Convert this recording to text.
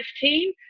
team